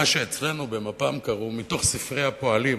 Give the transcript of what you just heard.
ממה שאצלנו במפ"ם קראו, מתוך ספרי הפועלים.